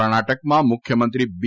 કર્ણાટકમાં મુખ્યમંત્રી બી